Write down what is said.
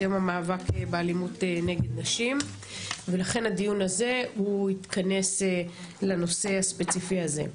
יום המאבק באלימות נגד נשים ולכן הדיון הזה יתכנס לנושא הספציפי הזה.